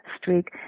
streak